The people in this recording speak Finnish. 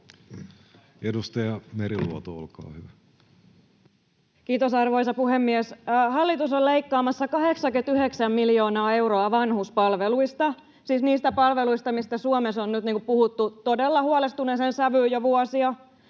Edustaja Meriluoto, olkaa hyvä. Kiitos, arvoisa puhemies! Hallitus on leikkaamassa 89 miljoonaa euroa vanhuspalveluista, siis niistä palveluista, joista Suomessa on nyt puhuttu todella huolestuneeseen sävyyn jo vuosia.